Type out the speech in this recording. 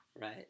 Right